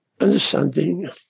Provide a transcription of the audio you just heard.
understanding